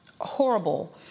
horrible